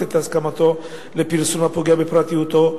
לתת את הסכמתו לפרסום הפוגע בפרטיותו,